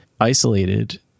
isolated